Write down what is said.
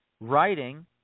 writing